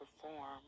perform